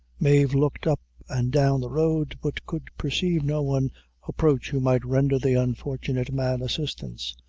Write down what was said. mave looked up and down the road, but could perceive no one approach who might render the unfortunate man assistance.